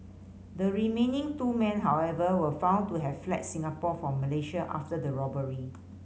the remaining two men however were found to have fled Singapore for Malaysia after the robbery